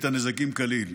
את הנזקים כליל.